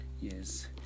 Yes